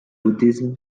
buddhism